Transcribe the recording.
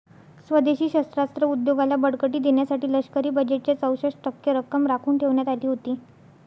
स्वदेशी शस्त्रास्त्र उद्योगाला बळकटी देण्यासाठी लष्करी बजेटच्या चौसष्ट टक्के रक्कम राखून ठेवण्यात आली होती